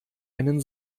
einen